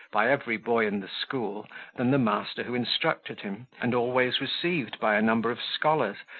by every boy in the school than the master who instructed him, and always received by a number of scholars,